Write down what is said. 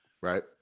Right